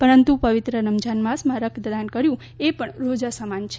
પરંતુ પવિત્ર રમઝાન માસમાં રક્ત દાન કર્યું એ પણ રોઝા સમાન છે